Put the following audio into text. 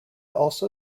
also